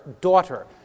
daughter